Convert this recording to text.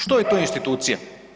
Što je to institucija?